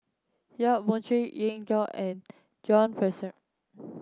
Yap Boon Chuan Lin Gao and John Fraser